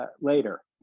later